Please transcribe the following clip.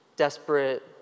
desperate